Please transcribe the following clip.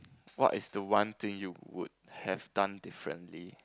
what is the one thing you would have done differently